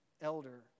elder